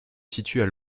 situent